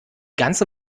ganze